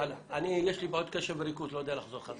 הורידו אותו או לא הורידו אותו.